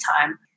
time